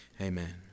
Amen